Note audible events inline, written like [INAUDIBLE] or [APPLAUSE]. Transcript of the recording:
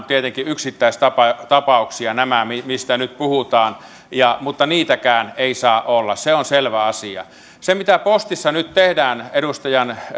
[UNINTELLIGIBLE] tietenkin yksittäistapauksia mistä nyt puhutaan mutta niitäkään ei saa olla se on selvä asia se mitä postissa nyt tehdään edustajan